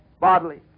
bodily